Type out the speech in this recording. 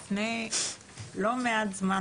כבר לפני לא מעט זמן,